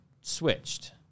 switched